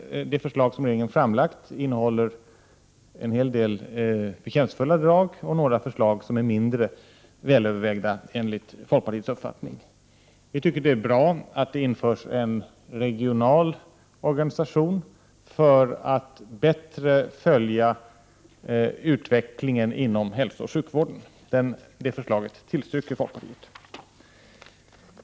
Det förslag som regeringen har framlagt har en hel del förtjänstfulla drag, medan några förslag enligt folkpartiets uppfattning är mindre väl övervägda. Vi tycker att det är bra att det införs en regional organisation för att bättre följa utvecklingen inom hälsooch sjukvården. Det förslaget tillstyrker folkpartiet.